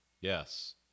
Yes